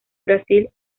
brasil